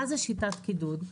מה זה שיטת קידוד?